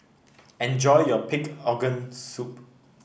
enjoy your Pig Organ Soup